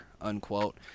unquote